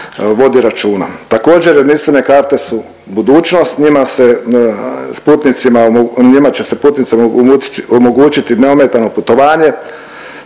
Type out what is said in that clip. Također jedinstvene karte su budućnost, njima će se putnicima omogućiti neometano putovanje.